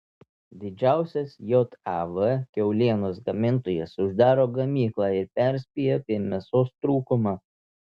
didžiausias jav kiaulienos gamintojas uždaro gamyklą ir perspėja apie mėsos trūkumą